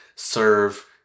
serve